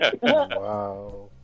Wow